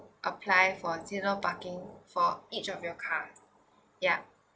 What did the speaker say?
apply for seasonal parking for each of your car ya